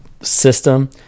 system